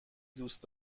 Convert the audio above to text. دوست